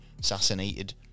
assassinated